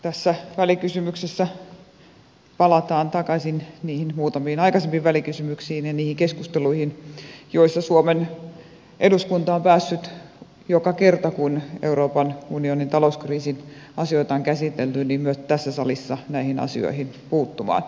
tässä välikysymyksessä palataan takaisin niihin muutamiin aikaisempiin välikysymyksiin ja niihin keskusteluihin joissa suomen eduskunta on päässyt joka kerta kun euroopan unionin talouskriisin asioita on käsitelty myös tässä salissa näihin asioihin puuttumaan ja hyvä niin